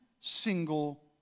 single